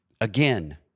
again